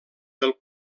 del